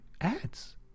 ads